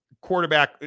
quarterback